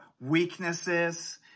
weaknesses